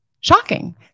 shocking